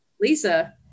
Lisa